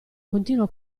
continua